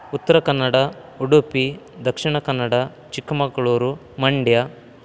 Uttara Kannada Udupi Dakshina Kannada Chikkamagaluru Mandya